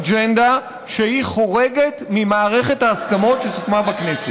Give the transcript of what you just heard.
אג'נדה שהיא חורגת ממערכת ההסכמות שסוכמה בכנסת.